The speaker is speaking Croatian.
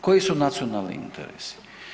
Koji su nacionalni interesi?